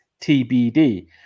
TBD